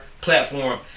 platform